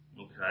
Okay